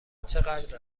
چقدر